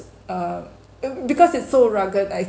uh it because it's so rugged I